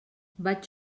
vaig